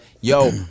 yo